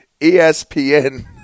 ESPN